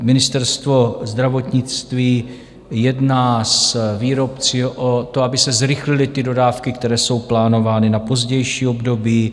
Ministerstvo zdravotnictví jedná s výrobci o tom, aby se zrychlily dodávky, které jsou plánovány na pozdější období.